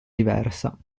diversa